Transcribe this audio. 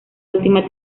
última